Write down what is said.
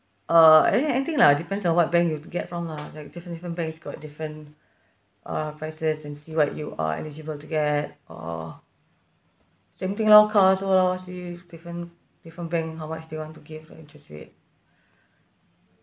uh any anything lah depends on what bank you could get from lah like different different banks got different uh prices and see what you are eligible to get or so anything loh car as well I see if different different bank how much they want to give for interest rate